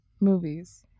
movies